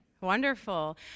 Wonderful